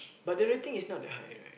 but the rating is not that high right